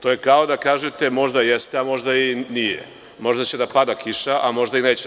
To je kao da kažete – možda jeste, a možda i nije, možda će da pada kiša, a možda i neće.